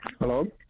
Hello